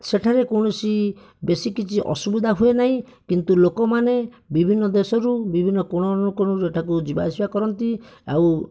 ସେଠାରେ କୌଣସି ବେଶି କିଛି ଅସୁବିଧା ହୁଏ ନାହିଁ କିନ୍ତୁ ଲୋକମାନେ ବିଭିନ୍ନ ଦେଶରୁ ବିଭିନ୍ନ କୋଣ ଅନୁକୋଣରୁ ଏଠାକୁ ଯିବାଆସିବା କରନ୍ତି ଆଉ